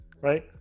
right